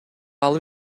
алып